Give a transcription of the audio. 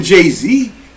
Jay-Z